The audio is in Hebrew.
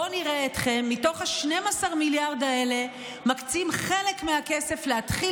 בוא נראה אתכם מתוך ה-12 מיליארד האלה מקצים חלק מהכסף להתחיל